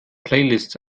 playlists